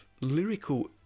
lyrical